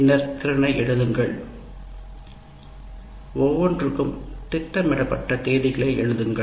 பின்னர் திறனை எழுதுங்கள் ஒவ்வொன்றிற்கும் திட்டமிடப்பட்ட தேதிகளை எழுதுங்கள்